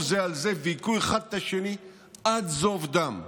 זה על זה והכו אחד את השני עד זוב דם.